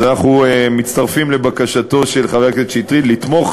אז אנחנו מצטרפים לבקשתו של חבר הכנסת שטרית לתמוך